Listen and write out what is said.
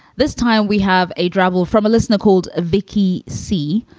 this time we have a drabble from a listener called vicki c.